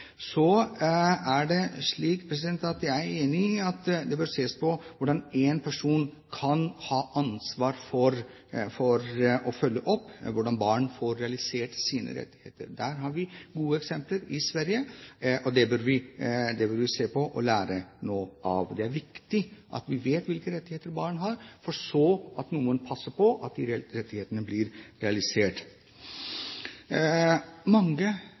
ses på hvordan én person kan ha ansvar for å følge opp at barn får realisert sine rettigheter. Der har vi gode eksempler fra Sverige, og det bør vi se på og lære noe av. Det er viktig at vi vet hvilke rettigheter barn har, og at noen så passer på at de rettighetene blir realisert. Mange